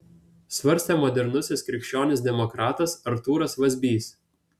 svarstė modernusis krikščionis demokratas artūras vazbys